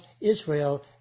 Israel